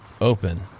open